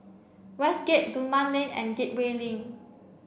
Westgate Dunman Lane and Gateway Link